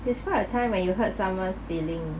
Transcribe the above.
describe a time when you hurt someone's feeling